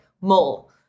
mole